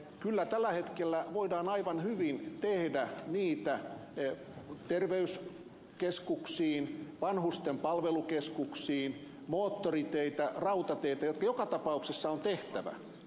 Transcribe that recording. kyllä tällä hetkellä voidaan aivan hyvin tehdä niitä investointeja terveyskeskuksiin vanhusten palvelukeskuksiin moottoriteihin rautateihin jotka joka tapauksessa on tehtävä